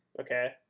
Okay